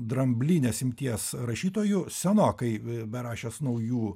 dramblinės imties rašytojų senokai berašęs naujų